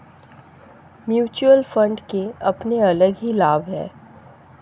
mutual fund के अपने अलग ही लाभ हैं